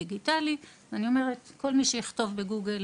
שם יש את כל זכויות המטופל,